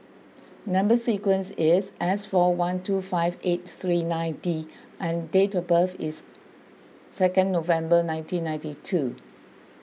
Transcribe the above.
Number Sequence is S four one two five eight three nine D and date of birth is second November nineteen ninety two